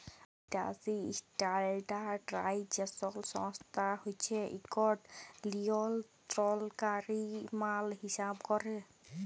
বিদ্যাসি ইস্ট্যাল্ডার্ডাইজেশল সংস্থা হছে ইকট লিয়লত্রলকারি মাল হিঁসাব ক্যরে